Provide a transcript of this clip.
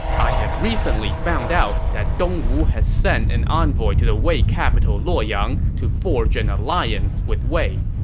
i have recently found out that dongwu has sent an envoy to the wei capital luoyang to forge an alliance with wei.